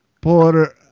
por